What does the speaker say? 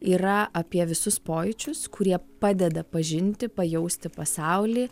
yra apie visus pojūčius kurie padeda pažinti pajausti pasaulį